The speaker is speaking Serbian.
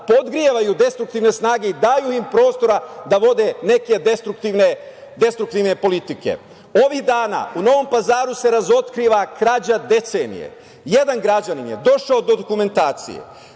podgrevaju destruktivne snage i daju im prostora da vode neke destruktivne politike. Ovih dana u Novom Pazaru se razotkriva krađa decenije. Jedan građanin je došao do dokumentacije